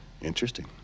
Interesting